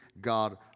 God